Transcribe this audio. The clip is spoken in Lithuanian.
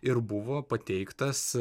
ir buvo pateiktas